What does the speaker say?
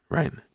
right?